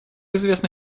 известно